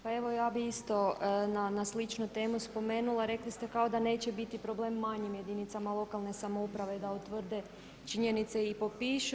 Pa evo ja bih isto na sličnu temu spomenula, rekli ste kao da neće biti problem manjim jedinicama lokalne samouprave da utvrde činjenice i popišu.